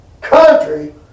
country